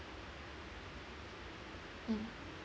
mm